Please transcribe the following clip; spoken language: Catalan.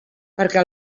perquè